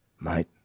mate